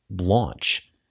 launch